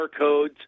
barcodes